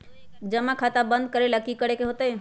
जमा खाता बंद करे ला की करे के होएत?